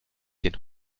den